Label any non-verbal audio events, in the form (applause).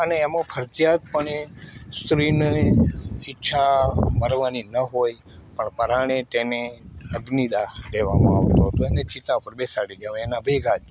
અને એમાં ફરજિયાત પણે સ્ત્રીની ઈચ્છા મરવાની ન હોય પણ પરાણે તેને અગ્નીદાહ દેવામાં આવતો હતો અને ચિતા પર બેસાડી દેવામાં આવે એના ભેગા જ (unintelligible)